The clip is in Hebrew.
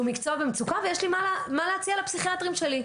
מקצוע במצוקה ושיש לי מה להציע לפסיכיאטרים שלי.